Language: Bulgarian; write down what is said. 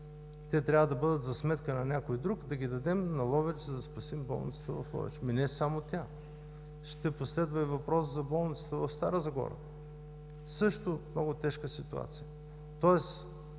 те трябва да бъдат за сметка на някой друг, да ги дадем на Ловеч, за да спасим болницата в Ловеч? Ами, не е само тя! Ще последва и въпрос за болницата в Стара Загора. Също много тежка ситуация. Тоест,